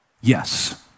yes